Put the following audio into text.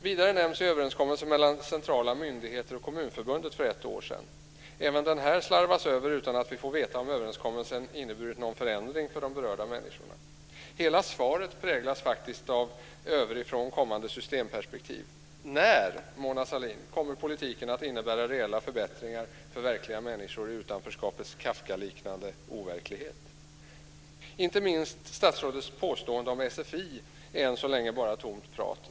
Vidare nämns överenskommelsen mellan centrala myndigheter och Kommunförbundet för ett år sedan. Även den slarvas över utan att vi får veta om överenskommelsen inneburit någon förändring för de berörda människorna. Hela svaret präglas faktiskt av ett ovanifrån kommande systemperspektiv. När, Mona Sahlin, kommer politiken att innebära reella förbättringar för verkliga människor ute i utanförskapets Kafkaliknande overklighet? Inte minst statsrådets påstående om sfi är än så länge bara tomt prat.